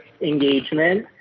engagement